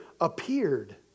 appeared